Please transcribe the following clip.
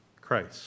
Christ